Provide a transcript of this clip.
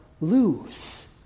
lose